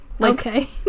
Okay